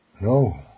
No